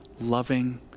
loving